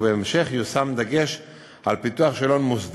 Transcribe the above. ובהמשך יושם דגש בפיתוח שאלון מוסדי.